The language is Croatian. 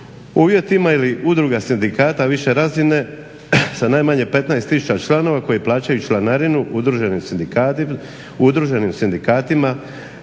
uvjetima ili udruga sindikata više razine, sa najmanje 15 tisuća članova koji plaćaju članarinu udruženim sindikatima,